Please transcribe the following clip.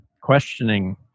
questioning